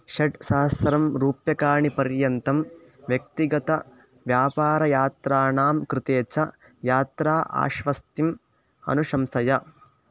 षट्सहस्रं रूप्यकाणि पर्यन्तं व्यक्तिगतव्यापारयात्राणां कृते च यात्रा आश्वस्तिम् अनुशंसय